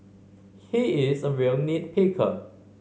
he is a real nit picker